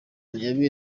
bryne